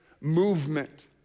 movement